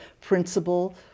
principle